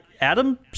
Adam